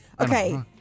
Okay